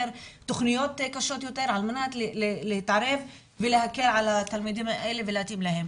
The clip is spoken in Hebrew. תכניות קשות יותר על מנת להתערב ולהקל על התלמידים האלה ולהתאים להם.